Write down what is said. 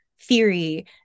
theory